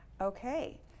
Okay